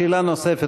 שאלה נוספת,